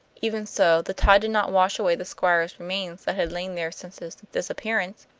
even so, the tide did not wash away the squire's remains that had lain there since his disappearance,